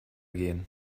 gehen